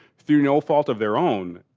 through no fault of their own